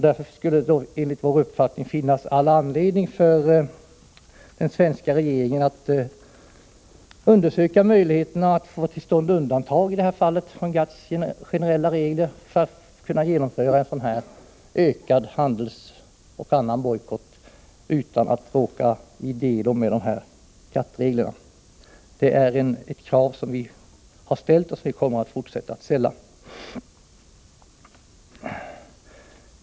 Därför finns det enligt vår uppfattning all anledning för den svenska regeringen att undersöka möjligheterna att få till stånd undantag från GATT:s generella regler för att kunna genomföra en ökad handelsoch annan bojkott utan att råka i delo med GATT-reglerna. Det är ett krav som vi har ställt och som vi kommer att fortsätta att ställa.